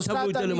הצבנו את זה כמטרה.